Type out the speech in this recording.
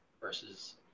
versus